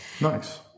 nice